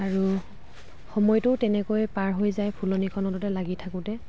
আৰু সময়টো তেনেকৈয়ে পাৰ হৈ যায় ফুলনিখনতে লাগি থাকোঁতে